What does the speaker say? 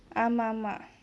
ஆமா ஆமா:aama aama